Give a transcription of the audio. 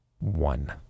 One